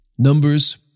Numbers